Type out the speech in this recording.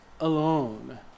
alone